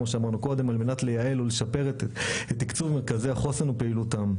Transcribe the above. על מנת לייעל ולשפר את תקצוב מרכזי החוסן ופעילותם.